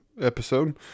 episode